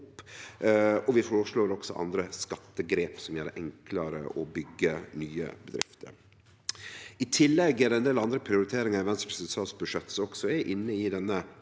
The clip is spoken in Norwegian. Vi føreslår også andre skattegrep som gjer det enklare å byggje nye bedrifter. I tillegg er det ein del andre prioriteringar i Venstre sitt statsbudsjett som også er inne i denne